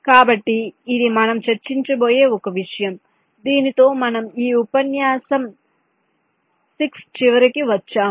కాబట్టి ఇది మనం చర్చించబోయే ఒక విషయం దీనితో మనం ఈ ఉపన్యాసం 6 చివరికి వచ్చాము